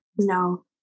No